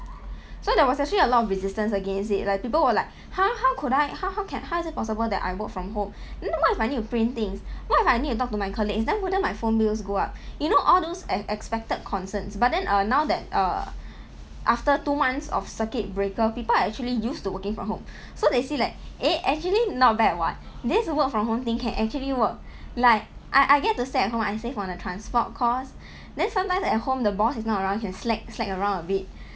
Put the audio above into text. so there was actually a lot of resistance against it like people were like !huh! how could I how how can how is it possible that I work from home then what if I need to print things what if I need to talk to my colleagues then wouldn't my phone bills go up you know all those ex~ expected concerns but then err now that err after two months of circuit breaker people are actually used to working from home so they see like eh actually not bad [what] this work from home thing can actually work like I I get to stay at home I save on the transport costs then sometimes at home the boss is not around can slack slack around a bit